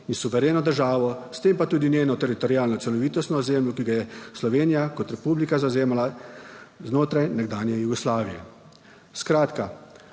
in suvereno državo, s tem pa tudi njeno teritorialno celovitost na ozemlju, ki ga je Slovenija kot republika zavzemala znotraj nekdanje Jugoslavije. Skratka!